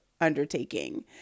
undertaking